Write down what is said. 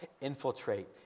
infiltrate